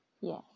yes